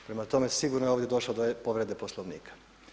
Prema tome, sigurno je ovdje došlo do povrede Poslovnika.